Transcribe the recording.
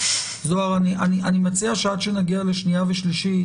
אני מציע שעד שנגיע לשנייה ושלישית,